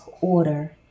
order